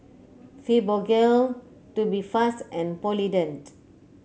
Fibogel Tubifast and Polident